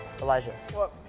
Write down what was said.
Elijah